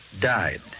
died